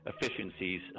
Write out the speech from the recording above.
efficiencies